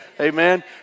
Amen